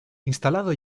instalado